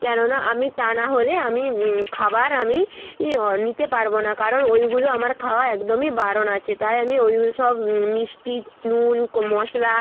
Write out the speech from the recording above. কেননা আমি তা না হলে আমি খাবার আমি ই অ নিতে পারব না কারণ ওইগুলো আমার খাওয়া একদমই বারণ আছে তাই আমি সব মিষ্টি নুন ক্ মশলা